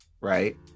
right